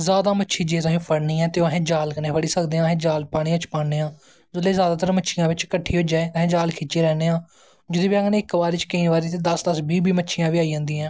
जादा मच्छी जे तुसैं फड़नी ऐ ते जाल कन्नै फड़ी सकदे आं अस जाल पानी च पान्ने आं जिसलै जादा मच्छियां बिच्च कट्ठियां होी जान अस जाल खिच्ची लैन्ने आं केंई बारी इक बार च दस दस बीह् बीह् मच्छियां बी आई जंदियां नै